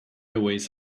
always